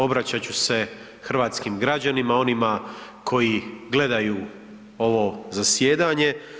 Obraćat ću se hrvatskim građanima, onima koji gledaju ovo zasjedanje.